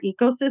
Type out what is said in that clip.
ecosystem